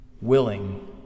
willing